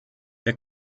der